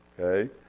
okay